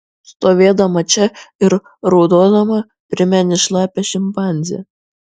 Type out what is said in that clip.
stovėdama čia ir raudodama primeni šlapią šimpanzę